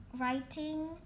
writing